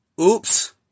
Oops